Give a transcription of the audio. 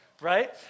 right